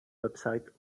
website